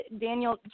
Daniel